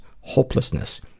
hopelessness